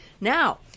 Now